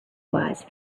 was